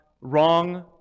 wrong